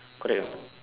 correct or not